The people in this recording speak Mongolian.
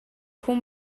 хүн